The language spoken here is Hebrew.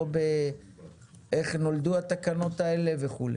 לא איך נולדו התקנות האלה וכו'.